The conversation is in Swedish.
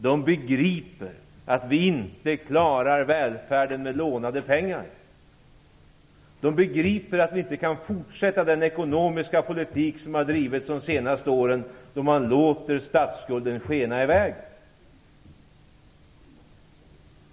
De begriper att vi inte klarar av att upprätthålla välfärden med hjälp av lånade pengar. De begriper att vi inte kan fortsätta bedriva de senaste årens ekonomiska politik som har låtit statsskulden skena i väg.